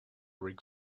rick